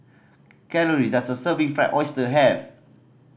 calories does a serving of Fried Oyster have